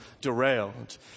derailed